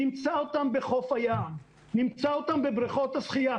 נמצא אותם בחוף הים ובבריכות השחייה.